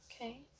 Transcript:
Okay